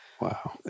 Wow